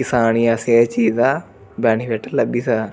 किसान गी असें इस चीज़ दा बेनिफिट लब्भी सकदा